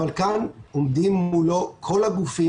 אבל כאן עומדים מולו כל הגופים,